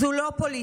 זו לא פוליטיקה.